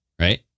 right